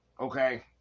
okay